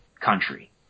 country